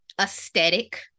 aesthetic